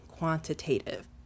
quantitative